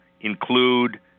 include